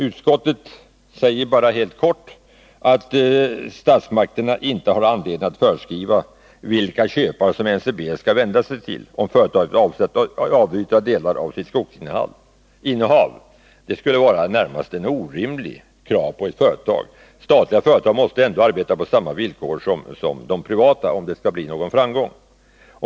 Utskottet skriver bara helt kort att statsmakterna inte har anledning att föreskriva vilka köpare NCB skall vända sig till, om företaget vill avyttra delar av sitt skogsinnehav. Det skulle vara närmast ett orimligt krav på ett företag. Statliga företag måste ändå arbeta på samma villkor som privata, om det skall bli någon framgång.